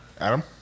Adam